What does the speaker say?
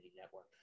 Network